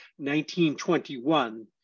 1921